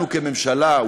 לנו כממשלה,